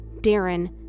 Darren